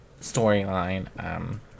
storyline